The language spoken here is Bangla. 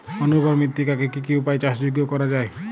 অনুর্বর মৃত্তিকাকে কি কি উপায়ে চাষযোগ্য করা যায়?